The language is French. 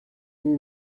nuit